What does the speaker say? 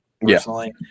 personally